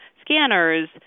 scanners